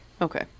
Okay